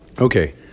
Okay